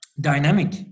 dynamic